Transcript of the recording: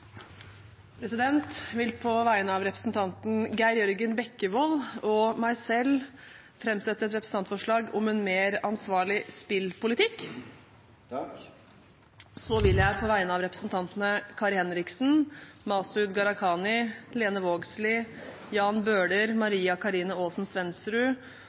Jeg vil på vegne av representanten Geir Jørgen Bekkevold og meg selv framsette et representantforslag om en mer ansvarlig spillpolitikk. Så vil jeg på vegne av representantene Kari Henriksen, Masud Gharahkhani, Lene Vågslid, Jan Bøhler,